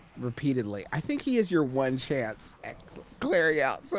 repeatedly, i think he is your one chance at clearing out so